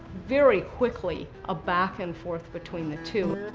very quickly, a back and forth between the two.